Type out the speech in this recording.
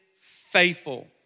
faithful